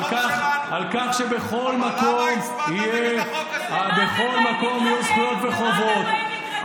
על כך שבכל מקום יהיו זכויות וחובות.